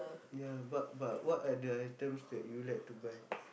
ya but but what are the items that you like to buy